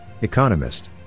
Economist